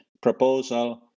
proposal